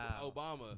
Obama